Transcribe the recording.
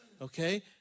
okay